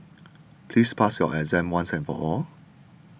please pass your exam once and for all